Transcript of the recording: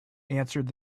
answered